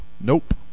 Nope